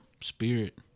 spirit